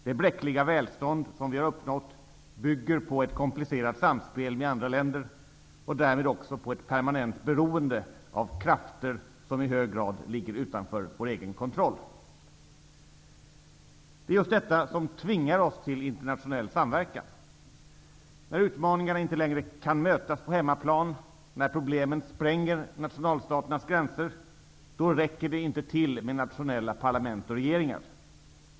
Det bräckliga välstånd som vi har uppnått bygger på ett komplicerat samspel med andra länder och därmed också på ett permanent beroende av krafter som i hög grad ligger utanför vår egen kontroll. Det är just detta som tvingar oss till internationell samverkan. När utmaningarna inte längre kan mötas på hemmaplan, när problemen spränger nationalstatens gränser, då räcker det inte med nationella parlament och regeringar.